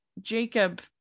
jacob